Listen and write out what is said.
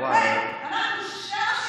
, 04:00, מה השעה?